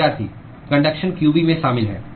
conduction qB में शामिल है